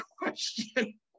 question